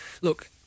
look